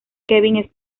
kevin